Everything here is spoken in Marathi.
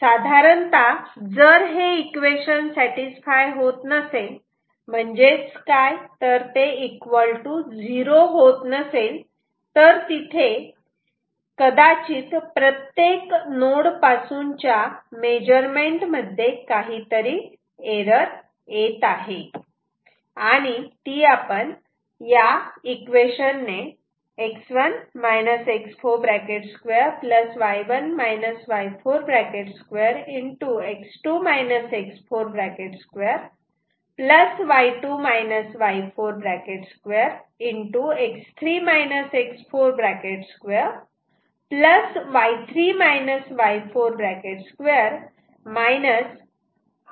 साधारणतः जर हे इक्वेशन सॅटिस्फाय होत नसेल म्हणजेच ते इक्वल टू 0 0 होत नसेल तर तिथे कदाचित प्रत्येक नोड पासूनच्या मेजरमेंट मध्ये काही एरर येत आहे